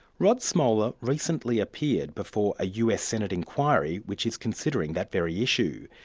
rod smolla recently appeared before a us senate inquiry which is considering that very issue.